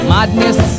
Madness